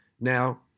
Now